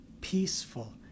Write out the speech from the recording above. peaceful